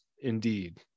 indeed